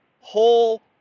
whole